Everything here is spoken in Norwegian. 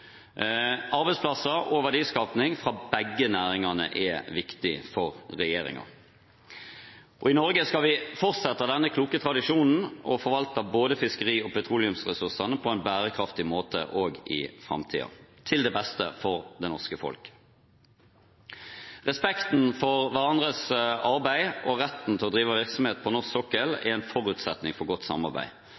Arbeidsplasser i og verdiskaping fra begge næringene er viktig for regjeringen. I Norge skal vi fortsette denne kloke tradisjonen og forvalte både fiskeri- og petroleumsressursene på en bærekraftig måte også i framtiden, til det beste for det norske folket. Respekten for hverandres arbeid og retten til å drive virksomhet på norsk sokkel er en forutsetning for godt samarbeid.